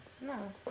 No